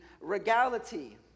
regality